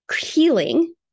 healing